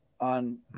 On